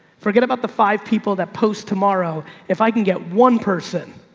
forget about the five people that post tomorrow. if i can get one person,